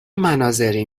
مناظری